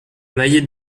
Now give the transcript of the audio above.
mayet